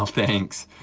ah thanks.